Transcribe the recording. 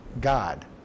God